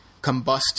Combust